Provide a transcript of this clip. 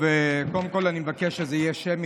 טוב, קודם כול, אני מבקש שזה יהיה בהצבעה שמית.